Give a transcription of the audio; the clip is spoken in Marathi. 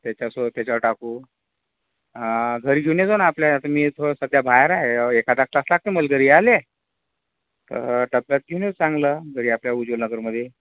त्याच्यासो त्याच्यावर टाकून घरी घेऊन ये जा ना आपल्या आता मी थोडा सध्या बाहेर आहे एखादा तास लागतो मला घरी यायला तर डब्यात घेऊन ये चांगलं घरी आपल्या उज्ज्वलनगरमध्ये